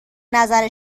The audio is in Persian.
نظر